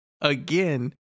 again